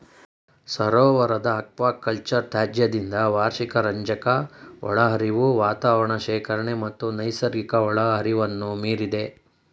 ಸರೋವರದ ಅಕ್ವಾಕಲ್ಚರ್ ತ್ಯಾಜ್ಯದಿಂದ ವಾರ್ಷಿಕ ರಂಜಕ ಒಳಹರಿವು ವಾತಾವರಣ ಶೇಖರಣೆ ಮತ್ತು ನೈಸರ್ಗಿಕ ಒಳಹರಿವನ್ನು ಮೀರಿದೆ